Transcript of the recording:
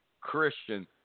Christian